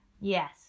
yes